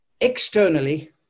externally